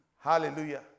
hallelujah